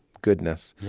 goodness.